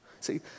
See